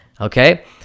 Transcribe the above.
Okay